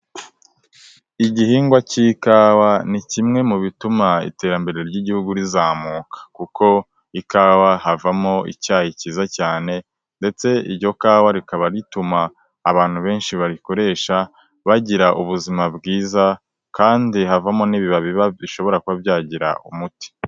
Igihingwa cy'ikawa ni kimwe mu bituma iterambere ry'igihugu rizamuka kuko ikawa havamo icyayi cyiza cyane ndetse iryo kawa rikaba rituma abantu benshi bakoresha bagira ubuzima bwiza kandi havamo n'ibibabi bishobora kuba byagira umuti.